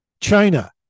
China